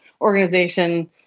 organization